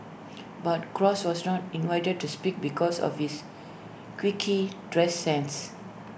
but cross was not invited to speak because of his quicky dress sense